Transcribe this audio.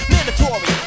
Mandatory